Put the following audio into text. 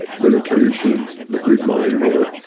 meditation, the big mind work,